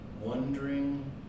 wondering